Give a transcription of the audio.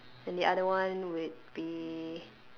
and the other one would be